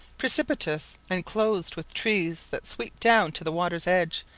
precipitous, and clothed with trees that sweep down to the water's edge,